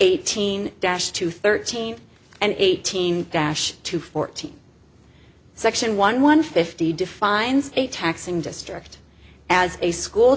eighteen dash two thirteen and eighteen dash two fourteen section one one fifty defines a taxing district as a school